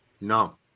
No